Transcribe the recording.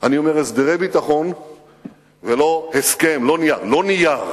אני אומר הסדרי ביטחון ולא הסכם, לא נייר.